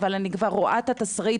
אבל אני כבר רואה את התסריט